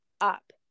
up